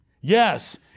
Yes